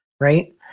right